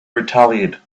retaliate